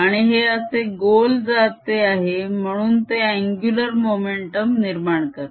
आणि हे असे गोल जाते आहे म्हणून ते अन्गुलर मोमेंटम निर्माण करते